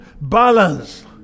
balance